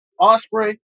Osprey